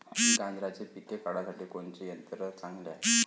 गांजराचं पिके काढासाठी कोनचे यंत्र चांगले हाय?